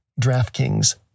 DraftKings